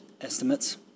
estimates